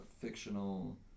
fictional